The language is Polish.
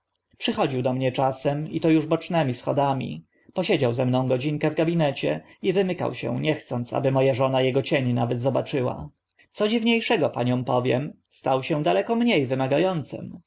przychodził do mnie czasem i to uż bocznymi schodami posiedział ze mną godzinkę w gabinecie i wymykał się nie chcąc aby mo a żona ego cień nawet zobaczyła co dziwnie szego paniom powiem stał się daleko mnie wymaga